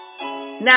now